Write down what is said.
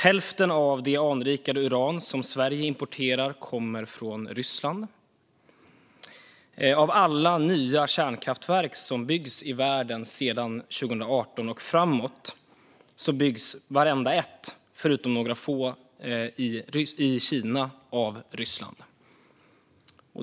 Hälften av det anrikade uran som Sverige importerar kommer från Ryssland. Av alla nya kärnkraftverk som byggts i världen sedan 2018 har vartenda ett, förutom några få, byggts i Kina av Ryssland.